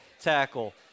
tackle